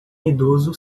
idoso